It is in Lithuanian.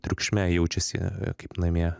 triukšme jaučiasi kaip namie